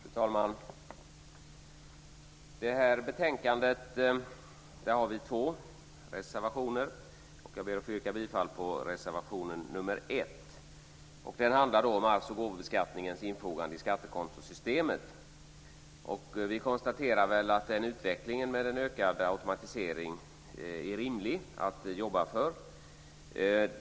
Fru talman! I det här betänkandet har vi två reservationer, och jag vill yrka bifall till reservation nr 1. Den handlar om arvs och gåvoskattens infogande i skattekontosystemet. Vi konstaterar att det är rimligt att arbeta för en utveckling med en ökad automatisering.